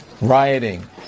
rioting